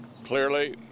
Clearly